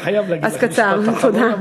אני חייב להגיד לך "משפט אחרון",